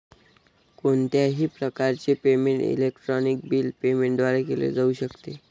कोणत्याही प्रकारचे payment electronic bill payment द्वारे केले जाऊ शकते